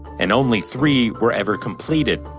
and only three were ever completed.